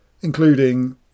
including